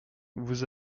vous